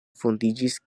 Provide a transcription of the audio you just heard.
fondiĝis